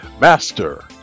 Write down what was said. master